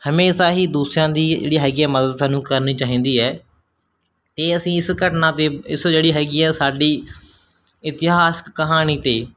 ਹਮੇਸ਼ਾ ਹੀ ਦੂਸਿਆਂ ਦੀ ਜਿਹੜੀ ਹੈਗੀ ਆ ਮਦਦ ਸਾਨੂੰ ਕਰਨੀ ਚਾਹੀਦੀ ਹੈ ਅਤੇ ਅਸੀਂ ਇਸ ਘਟਨਾ ਦੇ ਇਸ ਜਿਹੜੀ ਹੈਗੀ ਆ ਸਾਡੀ ਇਤਿਹਾਸਕ ਕਹਾਣੀ 'ਤੇ